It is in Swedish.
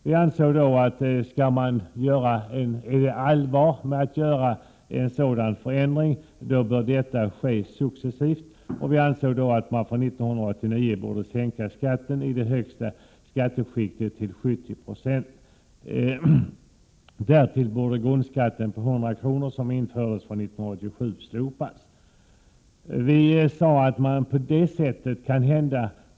Vi anser att om man menar allvar och vill göra en sådan förändring bör det ske successivt, och vi anser att man från 1989 borde sänka skatten i det högsta skatteskiktet till 70 96. Därtill borde grundskatten på 100 kr. som infördes från 1987 slopas.